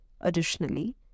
Additionally